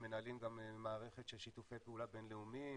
מנהלים גם מערכת של שיתופי פעולה בינלאומיים,